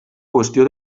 qüestió